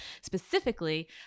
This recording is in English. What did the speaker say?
Specifically